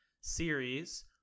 series